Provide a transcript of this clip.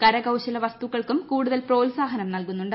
കരകൌശല വസ്തുക്കൾക്കും കൂടുതൽ പ്രോത്സാഹനം നൽകുന്നുണ്ട്